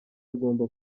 agomba